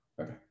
Okay